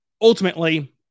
ultimately